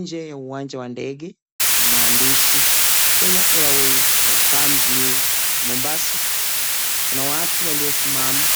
Nje ya uwanja wa ndege na maandishi Kenya Airways Welcomes You To Mombasa, kuna watu waliyosimama